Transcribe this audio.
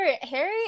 Harry